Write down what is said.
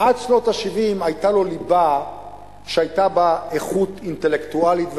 עד שנות ה-70 היתה לו ליבה שהיתה בה איכות אינטלקטואלית ומוסרית,